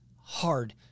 hard